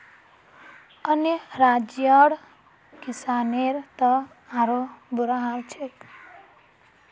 अन्य राज्यर किसानेर त आरोह बुरा हाल छेक